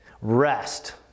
Rest